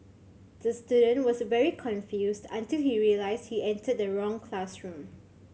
the student was very confused until he realised he entered the wrong classroom